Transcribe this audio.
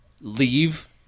leave